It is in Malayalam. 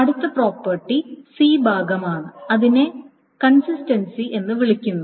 അടുത്ത പ്രോപ്പർട്ടി C ഭാഗമാണ് അതിനെ കൺസിസ്റ്റൻസി എന്ന് വിളിക്കുന്നു